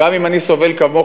גם אם אני סובל כמוך